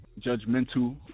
judgmental